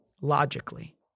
Logically